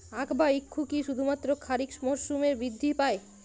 আখ বা ইক্ষু কি শুধুমাত্র খারিফ মরসুমেই বৃদ্ধি পায়?